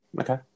Okay